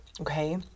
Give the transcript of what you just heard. Okay